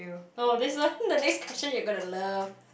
oh that's why next question you gonna to love